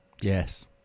Yes